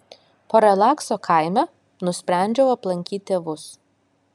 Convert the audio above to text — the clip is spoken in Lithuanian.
po relakso kaime nusprendžiau aplankyt tėvus